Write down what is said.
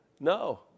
No